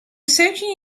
searching